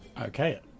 okay